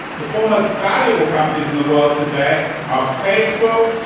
the four most valuable companies in the world today are facebook,